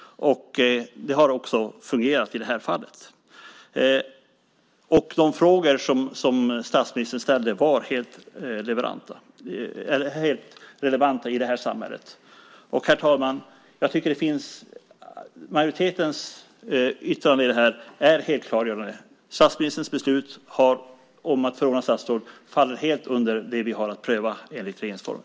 Det har också fungerat i det här fallet. De frågor som statsministern ställde var helt relevanta i det här sammanhanget. Herr talman! Jag tycker att majoritetens yttrande är helt klargörande. Statsministerns beslut att förordna statsråd faller helt under det vi har att pröva enligt regeringsformen.